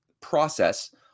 process